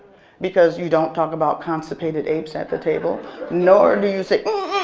because you don't talk about constipated apes at the table nor do you say